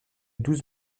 douze